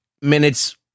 minutes